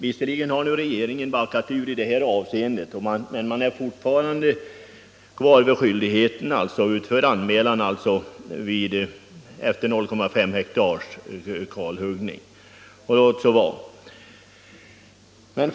Visserligen har regeringen backat ur i detta avseende, men man vill fortfarande hålla kvar skyldigheten till anmälan efter kalhuggning av 0,5 har.